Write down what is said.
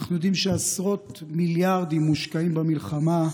אנחנו יודעים שעשרות מיליארדים מושקעים במלחמה,